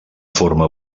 forma